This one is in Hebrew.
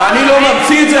אני לא ממציא את זה,